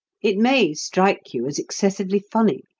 it may strike you as excessively funny,